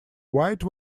wide